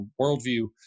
worldview